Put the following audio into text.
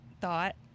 thought